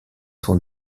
sont